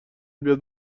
بیاد